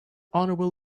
honorable